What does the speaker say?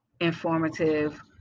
informative